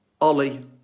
Ollie